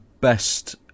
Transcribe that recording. best